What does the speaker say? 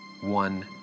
one